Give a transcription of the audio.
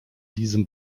diesem